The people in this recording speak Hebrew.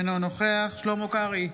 אינו נוכח שלמה קרעי,